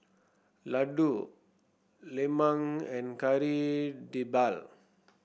laddu lemang and Kari Debal